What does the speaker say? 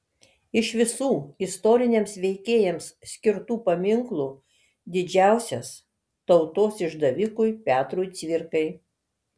iš visų istoriniams veikėjams skirtų paminklų didžiausias tautos išdavikui petrui cvirkai